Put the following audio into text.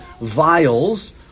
vials